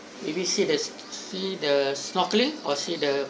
maybe see the see the snockering or see the